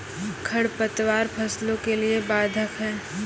खडपतवार फसलों के लिए बाधक हैं?